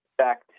Back